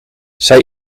zij